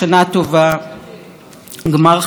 תכלה שנה וקללותיה הרבות,